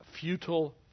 futile